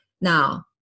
Now